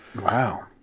Wow